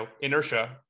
inertia